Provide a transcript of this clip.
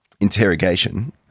interrogation